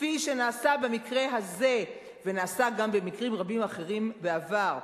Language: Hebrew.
כפי שנעשה במקרה הזה ונעשה גם במקרים רבים אחרים בעבר.